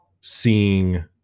seeing